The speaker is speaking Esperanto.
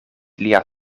lia